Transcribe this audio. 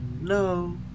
No